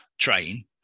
train